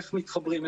איך מתחברים.